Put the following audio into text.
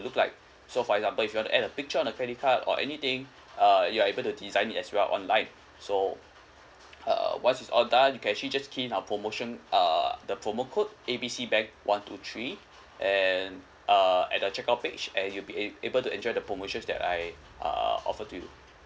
look like so for example if you want to add a picture on the credit card or anything uh you are able to design it as well online so uh once it's all done you can actually just key in our promotion uh the promo code A B C bank one two three and uh at the check out page and you'll be ab~ able to enjoy the promotions that I uh offered to you